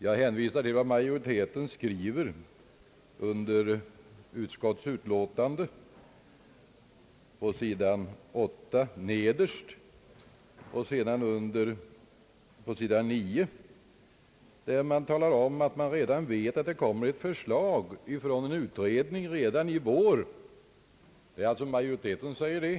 Jag hänvisar till vad majoriteten skriver i utskottets betänkande nederst på sidan 8 och på sidan 9, där man talar om att man vet att det kommer ett förslag från en utredning redan i vår. Det är alltså majoriteten som säger detta.